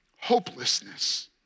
hopelessness